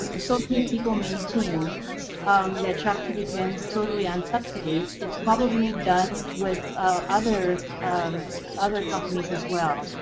and so many people maintained that shakti depends solely on subsidies. it's probably done with other um other companies as well.